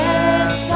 Yes